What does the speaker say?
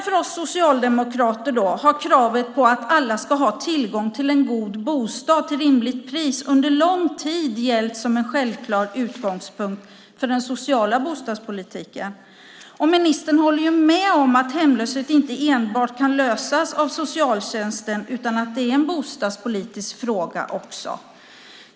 För oss socialdemokrater har kravet på att alla ska ha tillgång till en god bostad till rimligt pris under lång tid gällt som en självklar utgångspunkt för den sociala bostadspolitiken. Ministern håller ju med om att hemlöshet inte enbart kan lösas av socialtjänsten utan att det är en bostadspolitisk fråga också.